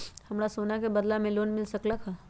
हमरा सोना के बदला में लोन मिल सकलक ह?